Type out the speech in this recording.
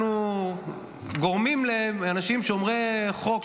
אנחנו גורמים לאנשים שומרי חוק,